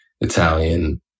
Italian